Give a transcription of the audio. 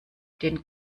den